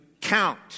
count